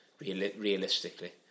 realistically